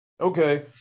Okay